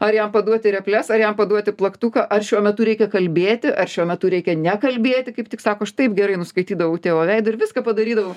ar jam paduoti reples ar jam paduoti plaktuką ar šiuo metu reikia kalbėti ar šiuo metu reikia ne kalbėti kaip tik sako aš taip gerai nuskaitydavau tėvo veidą ir viską padarydavau